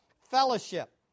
fellowship